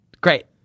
great